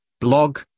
blog